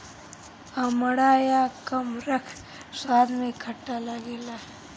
अमड़ा या कमरख स्वाद में खट्ट लागेला